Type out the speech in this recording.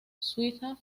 suiza